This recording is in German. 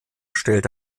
stellt